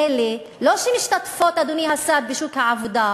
אלה שלא משתתפות, אדוני השר, בשוק העבודה.